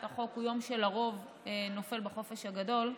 החוק הוא יום שלרוב נופל בחופש הגדול,